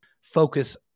focus